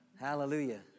Hallelujah